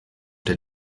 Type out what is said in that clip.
der